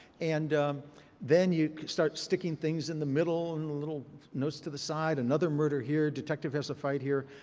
and then you start sticking things in the middle and little notes to the size. another murder here. detective has a fight here.